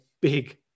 big